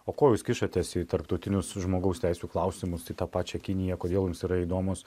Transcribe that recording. o ko jūs kišatės į tarptautinius žmogaus teisių klausimus į tą pačią kiniją kodėl jums yra įdomios